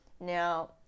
Now